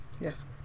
Yes